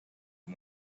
and